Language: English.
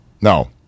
No